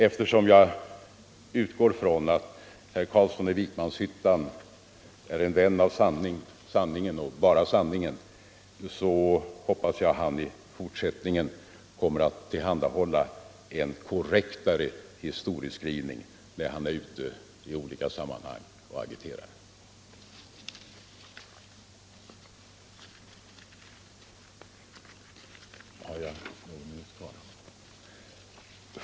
Eftersom jag utgår ifrån att herr Carlsson i Vikmanshyttan är en vän av sanningen och bara sanningen hoppas jag att han i fortsättningen kommer att tillhandahålla en korrektare historieskrivning när han är ute i olika sammanhang och agiterar.